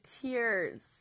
tears